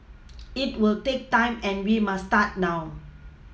it will take time and we must start now